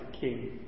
king